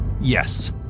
Yes